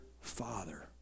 father